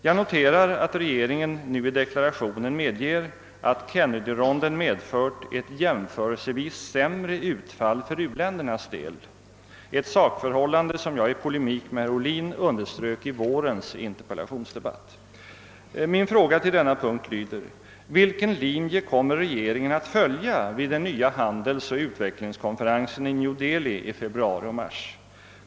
Jag noterar att regeringen i deklarationen medger att Kennedyronden medfört ett jämförelsevis sämre utfall för u-ländernas del, ett sakförhållande som jag i polemik med herr Ohlin underströk i vårens interpellationsdebatt. Min fråga på denna punkt lyder: Vilken linje kommer regeringen att följa vid den nya handelsoch utvecklingskonferensen i New Delbi i februari och mars?